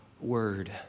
word